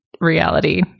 Reality